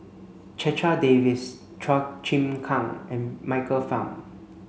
Checha Davies Chua Chim Kang and Michael Fam